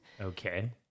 Okay